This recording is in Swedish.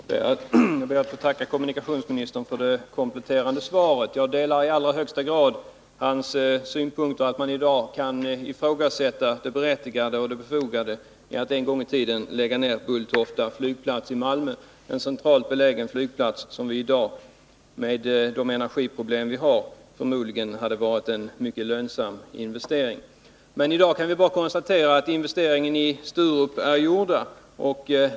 Fru talman! Jag ber att få tacka kommunikationsministern för det kompletterande svaret. Jag delar i allra högsta grad hans synpunkt att man i dag kan ifrågasätta det berättigade och befogade i det beslut som fattades en gångi tiden om att lägga ned Bulltofta flygplats i Malmö — en centralt belägen flygplats som i dag, med de energiproblem vi har, förmodligen hade varit en mycket lönsam investering. Men nu kan vi bara konstatera att investeringen i Sturup är gjord.